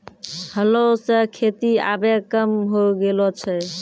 हलो सें खेती आबे कम होय गेलो छै